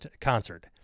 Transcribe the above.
concert